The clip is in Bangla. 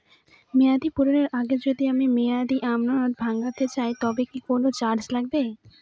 মেয়াদ পূর্ণের আগে যদি আমি মেয়াদি আমানত ভাঙাতে চাই তবে কি কোন চার্জ লাগবে?